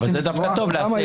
זה דווקא טוב, לייצר סדר.